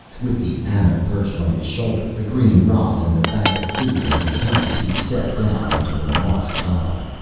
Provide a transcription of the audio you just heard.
with the ana perched on his shoulder, the green rod and the bag of food in his hands, he stepped out onto the moss sod.